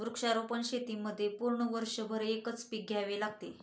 वृक्षारोपण शेतीमध्ये पूर्ण वर्षभर एकच पीक घ्यावे लागते